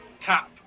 Cap